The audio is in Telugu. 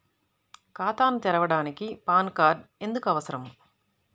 ఖాతాను తెరవడానికి పాన్ కార్డు ఎందుకు అవసరము?